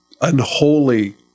unholy